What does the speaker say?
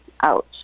out